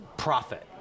Profit